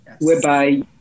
whereby